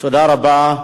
תודה רבה.